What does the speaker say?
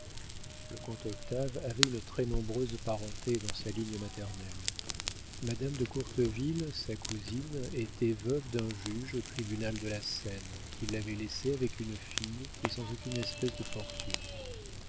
le comte octave avait une très nombreuse parenté dans sa ligne maternelle madame de courteville sa cousine était veuve d'un juge au tribunal de la seine qui l'avait laissée avec une fille et sans aucune espèce de fortune